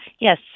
Yes